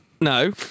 no